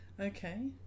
okay